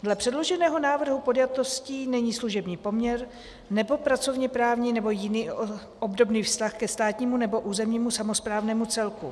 Dle předloženého návrhu podjatostí není služební poměr nebo pracovněprávní nebo jiný obdobný vztah ke státnímu nebo územnímu samosprávnému celku.